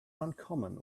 uncommon